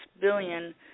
billion